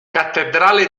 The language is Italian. cattedrale